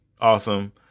awesome